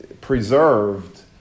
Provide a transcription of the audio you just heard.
preserved